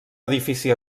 edifici